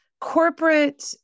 corporate